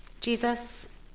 Jesus